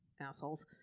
assholes